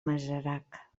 masarac